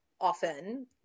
often